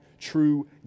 true